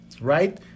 right